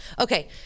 Okay